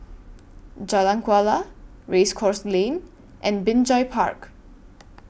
Jalan Kuala Race Course Lane and Binjai Park